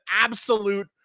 absolute